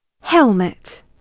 Helmet